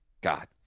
God